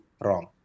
wrong